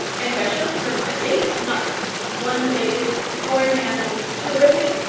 and i showed her my latest knife one-bladed, horn-handled, terrific,